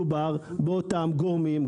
מדובר באותם גורמים,